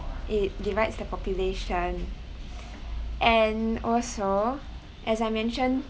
it divides the population and also as I mentioned